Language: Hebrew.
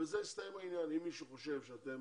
אם מישהו חושב שאתם